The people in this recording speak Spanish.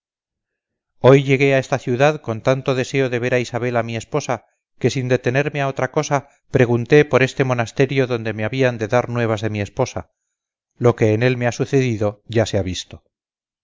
hoy llegué a esta ciudad con tanto deseo de ver a isabela mi esposa que sin detenerme a otra cosa pregunté por este monasterio donde me habían de dar nuevas de mi esposa lo que en él me ha sucedido ya se ha visto